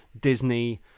Disney